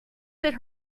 that